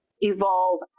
evolve